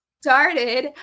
started